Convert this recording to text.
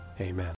Amen